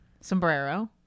Sombrero